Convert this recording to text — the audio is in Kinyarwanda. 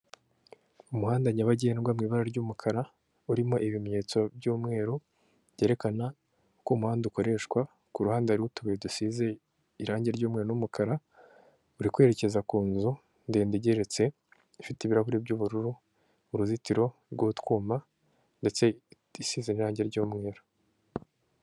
Umuhanda nyabagendwa mu ibara ry'umukara, urimo ibimenyetso by'umweru byerekana ko uwo umuhanda ukoreshwa, ku ruhande hariho utubuye dusize irangi ryumweru n'umukara, uri kwerekeza ku nzu ndende igeretse ifite ibirahuri by'ubururu, uruzitiro rw'utwuma ndetse isize irangi ry'umweru.